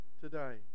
today